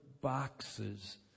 boxes